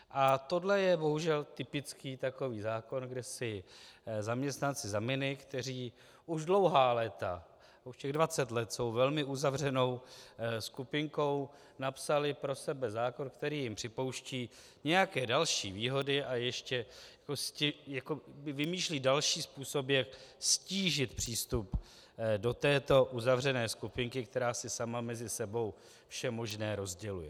A tohle je bohužel takový typický zákon, kde si zaměstnanci zamini, kteří už dlouhá léta, už těch dvacet let jsou velmi uzavřenou skupinkou, napsali pro sebe zákon, který jim připouští nějaké další výhody a ještě vymýšlí další způsoby, jak ztížit přístup do této uzavřené skupinky, která si sama mezi sebou všemožné rozděluje.